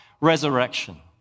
resurrection